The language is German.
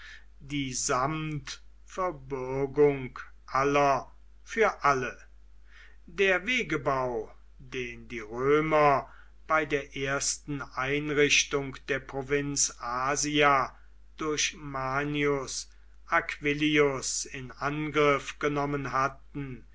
die samtverbürgung aller für alle der wegebau den die römer bei der ersten einrichtung der provinz asia durch manius aquillius in angriff genommen hatten